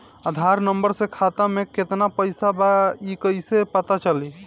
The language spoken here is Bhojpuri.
आधार नंबर से खाता में केतना पईसा बा ई क्ईसे पता चलि?